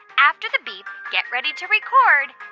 after the beep, get ready to record